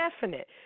Definite